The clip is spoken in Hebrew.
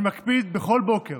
אני מקפיד בכל בוקר